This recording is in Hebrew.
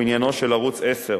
הוא עניינו של ערוץ-10.